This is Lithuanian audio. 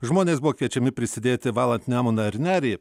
žmonės buvo kviečiami prisidėti valant nemuną ir nerį